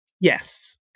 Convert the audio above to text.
yes